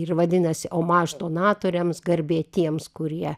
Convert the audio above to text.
ir vadinasi omaš donatoriams garbė tiems kurie